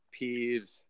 peeves